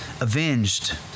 avenged